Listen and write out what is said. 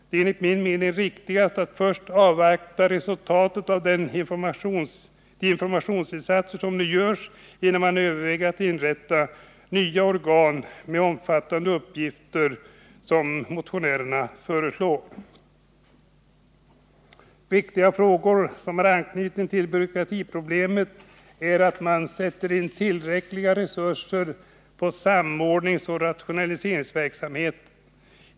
Det är enligt min mening riktigast att först avvakta resultatet av de informationsinsatser som nu görs, innan man överväger att inrätta nya organ med så omfattande uppgifter som föreslås i motionerna. Viktiga åtgärder som har anknytning till byråkratiproblemet är att man sätter in tillräckliga resurser på samordningsoch rationaliseringsverksamhet.